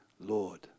Lord